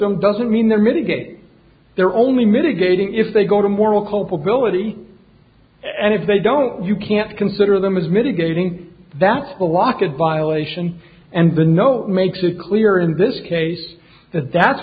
them doesn't mean they're mitigate they're only mitigating if they go to moral culpability and if they don't you can't consider them as mitigating that's the locket violation and the no makes it clear in this case that that's